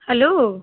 hello